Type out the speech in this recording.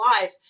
life